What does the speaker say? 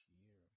year